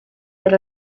that